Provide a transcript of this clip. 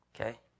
okay